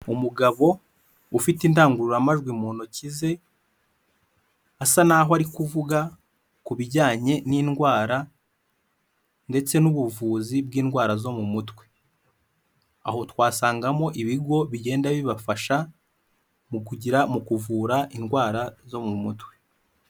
Umugabo ufite indangururamajwi mu ntoki ze asa naho ari kuvuga ku bijyanye n'indwara ndetse n'ubuvuzi bw'indwara zo mu mutwe, aho twasangamo ibigo bigenda bibafasha mu kugira mu kuvura indwara zo mu mutwe.